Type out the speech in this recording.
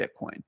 Bitcoin